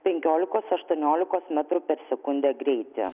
penkiolikos aštuoniolikos metrų per sekundę greitį